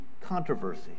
controversy